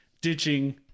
ditching